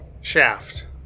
Shaft